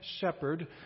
shepherd